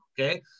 Okay